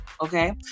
Okay